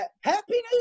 Happiness